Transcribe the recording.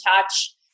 touch